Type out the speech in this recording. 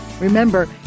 Remember